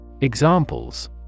Examples